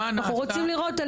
אנחנו רוצים לראות,